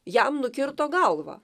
jam nukirto galvą